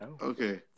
okay